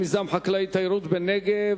מיזם חקלאי-תיירותי בנגב),